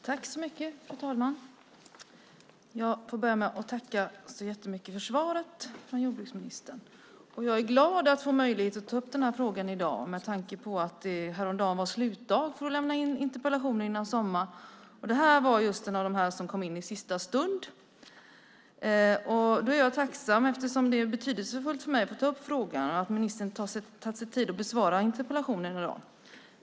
Fru talman! Jag får börja med att tacka så mycket för svaret från jordbruksministern. Jag är glad att få möjligheten att ta upp denna fråga i dag med tanke på att det häromdagen var sista dagen för inlämnande av interpellationer före sommaren. Det här är en av dem som kom in i sista stund. Det är betydelsefullt för mig att ta upp frågan, och jag är tacksam att ministern tar sig tid att besvara interpellationen i dag.